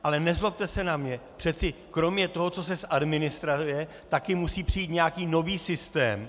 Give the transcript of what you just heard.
Ale nezlobte se na mě, přeci kromě toho, co se zadministruje, taky musí přijít nějaký nový systém.